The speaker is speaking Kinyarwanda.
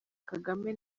kagame